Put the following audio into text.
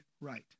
right